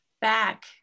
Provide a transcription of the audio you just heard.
back